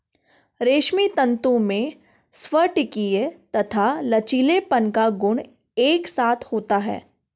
रेशमी तंतु में स्फटिकीय तथा लचीलेपन का गुण एक साथ होता है